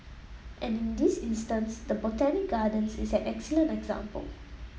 and in this instance the Botanic Gardens is an excellent example